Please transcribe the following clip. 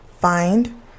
find